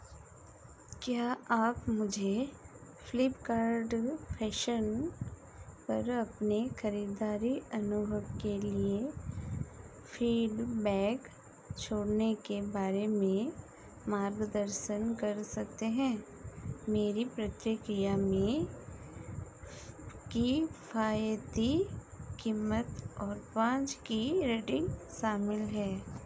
क्या आप मुझे फ्लिपकार्ड फैशन पर अपने खरीददारी अनुभव के लिए फीडबैक छोड़ने के बारे में मार्गदर्शन कर सकते हैं मेरी प्रतिक्रिया में फ किफ़ायती कीमत और पाँच की रेटिंग शामिल है